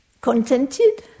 Contented